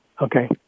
Okay